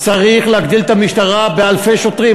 צריך להגדיל את המשטרה באלפי שוטרים.